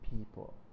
people